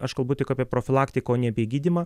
aš kalbu tik apie profilaktiką o ne apie gydymą